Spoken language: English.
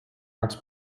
arts